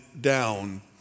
down